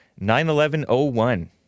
9-11-01